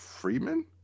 Freeman